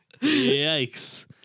Yikes